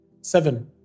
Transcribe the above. seven